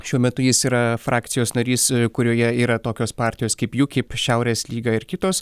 šiuo metu jis yra frakcijos narys kurioje yra tokios partijos kaip jų kaip šiaurės lyga ir kitos